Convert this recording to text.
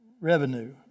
revenue